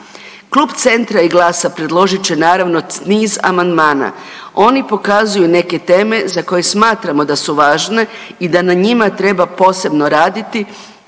Klub Centra i GLAS-a predložit će naravno niz amandmana. Oni pokazuju neke teme za koje smatramo da su važne i da na njima treba posebno raditi,